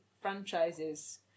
franchises